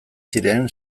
ziren